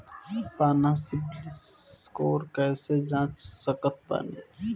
आपन CIBIL score कैसे जांच सकत बानी?